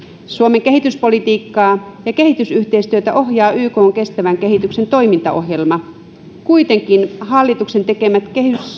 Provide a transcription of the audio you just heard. suomen kehityspolitiikkaa ja kehitysyhteistyötä ohjaa ykn kestävän kehityksen toimintaohjelma kuitenkin hallituksen tekemät